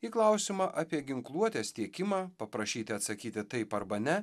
į klausimą apie ginkluotės tiekimą paprašyti atsakyti taip arba ne